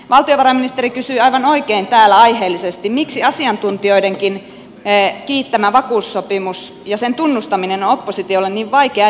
valtiovarainministeri kysyi aivan oikein täällä aiheellisesti miksi asiantuntijoidenkin kiittämä vakuussopimus ja sen tunnustaminen on oppositiolle niin vaikeaa